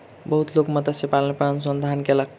बहुत लोक मत्स्य पालन पर अनुसंधान कयलक